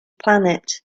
planet